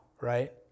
right